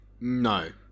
No